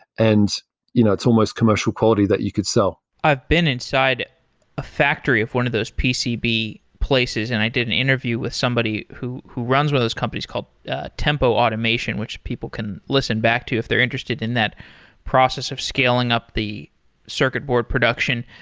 and you know it's almost commercial quality that you could sell i've been inside a factory of one of those pcb places and i did an interview with somebody who who runs with those companies called tempo automation, which people can listen back to if they're interested in that process of scaling up the circuit board production.